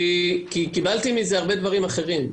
כי קיבלתי מזה הרבה דברים אחרים.